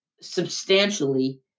substantially